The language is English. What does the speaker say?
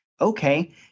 Okay